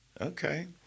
Okay